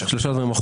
שלושה דברים.